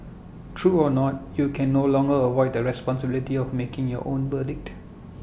true or not you can no longer avoid the responsibility of making your own verdict